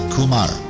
Kumar